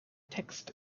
text